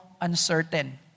uncertain